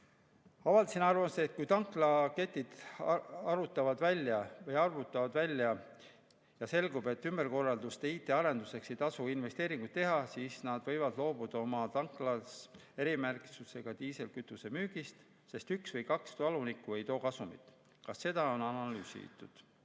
Avaldasin arvamust, et kui tanklaketid arvutavad välja ja selgub, et ümberkorralduste IT-arenduseks ei tasu investeeringuid teha, siis nad võivad loobuda oma tanklas erimärgistusega diislikütuse müügist, sest üks või kaks talunikku ei too kasumit. Kas seda on analüüsitud?